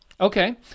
Okay